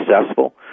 successful